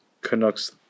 Canucks